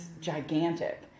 gigantic